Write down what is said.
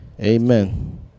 Amen